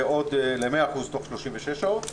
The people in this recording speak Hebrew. ול-100% תוך 36 שעות.